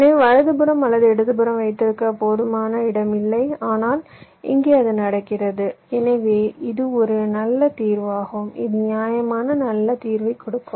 எனவே வலதுபுறம் அல்லது இடதுபுறமாக வைத்திருக்க போதுமான இடம் இல்லை ஆனால் இங்கே அது நடக்கிறது எனவே இது ஒரு நல்ல தீர்வாகும் இது நியாயமான நல்ல தீர்வைக் கொடுக்கும்